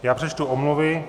Já přečtu omluvy.